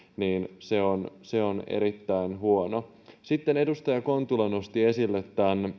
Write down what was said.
niin se on se on erittäin huono sitten edustaja kontula nosti esille